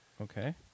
Okay